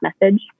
message